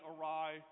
awry